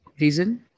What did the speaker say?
Reason